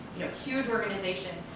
you know, huge organization,